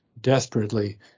desperately